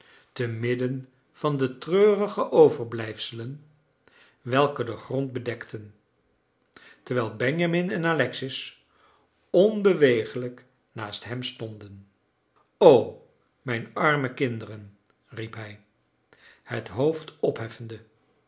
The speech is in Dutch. zitten temidden van de treurige overblijfselen welke den grond bedekten terwijl benjamin en alexis onbeweeglijk naast hem stonden o mijn arme kinderen riep hij het hoofd opheffende